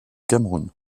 cameroun